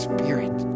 Spirit